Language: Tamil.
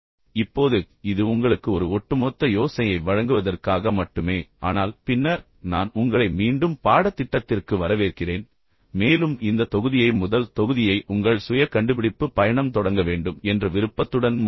இப்போது இது உங்களுக்கு ஒரு ஒட்டுமொத்த யோசனையை வழங்குவதற்காக மட்டுமே ஆனால் பின்னர் நான் உங்களை மீண்டும் பாடத்திட்டத்திற்கு வரவேற்கிறேன் மேலும் இந்த தொகுதியை முதல் தொகுதியை உங்கள் சுய கண்டுபிடிப்பு பயணம் தொடங்க வேண்டும் என்ற விருப்பத்துடன் முடிக்கிறேன்